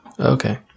Okay